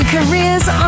Careers